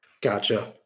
Gotcha